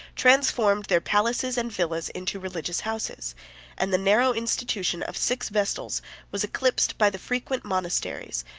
transformed their palaces and villas into religious houses and the narrow institution of six vestals was eclipsed by the frequent monasteries,